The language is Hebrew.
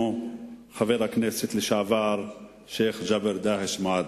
חבר הכנסת לשעבר שיח' ג'בר דאהש מועדי.